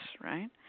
right